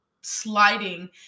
sliding